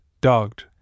dogged